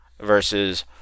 versus